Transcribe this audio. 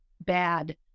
bad